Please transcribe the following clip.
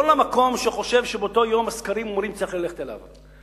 לא למקום שהוא חושב שבאותו יום הסקרים אומרים שצריך ללכת אליו.